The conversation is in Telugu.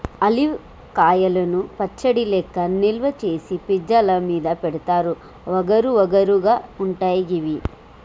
ఆలివ్ కాయలను పచ్చడి లెక్క నిల్వ చేసి పిజ్జా ల మీద పెడుతారు వగరు వగరు గా ఉంటయి గివి